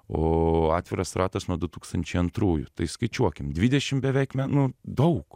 o atviras ratas nuo du tūkstančiai antrųjų tai skaičiuokim dvidešim beveik me nu daug